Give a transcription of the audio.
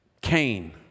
Cain